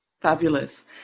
fabulous